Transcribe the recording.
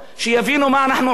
שילמדו מאתנו קצת.